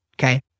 Okay